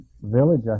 village